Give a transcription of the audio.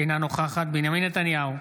אינה נוכחת בנימין נתניהו,